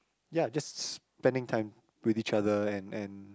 ya just spending time with each other and and